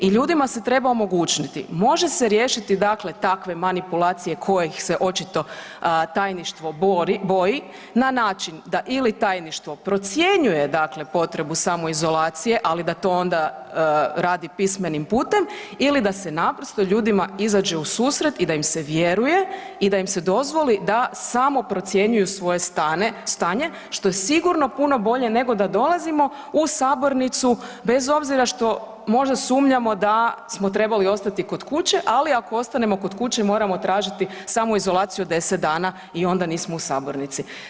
I ljudima se treba omogućiti, može se riješiti dakle takve manipulacije kojih se očito Tajništvo boji na način da ili Tajništvo procjenjuje dakle potrebu samoizolacije ali da to onda radi pismenim putem ili da se naprosto ljudima izađe u susret i da im se vjeruje i da im se dozvoli da samoprocjenjuju svoje stanje što je sigurno puno bolje nego da dolazimo u sabornicu bez obzira što možda sumnjamo da smo trebali ostati kod kuće, ali ako ostanemo kod kuće moramo tražiti samoizolaciju od 10 dana i onda nismo u sabornici.